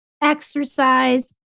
exercise